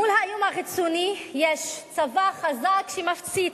מול האיום החיצוני יש צבא חזק שמפציץ,